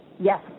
Yes